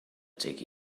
take